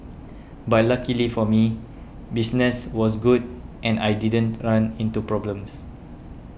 but luckily for me business was good and I didn't run into problems